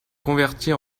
convertis